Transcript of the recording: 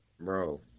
Bro